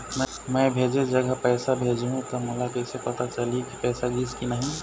मैं भेजे जगह पैसा भेजहूं त मोला कैसे पता चलही की पैसा गिस कि नहीं?